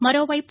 మరోవైపు